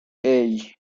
hey